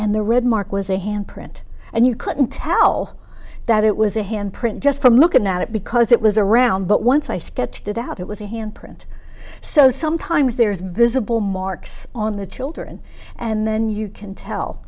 and the red mark was a hand print and you couldn't tell that it was a hand print just from looking at it because it was around but once i sketched it out it was a hand print so sometimes there is visible marks on the children and then you can tell